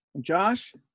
Josh